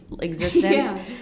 existence